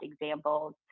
examples